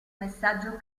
messaggio